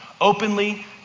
openly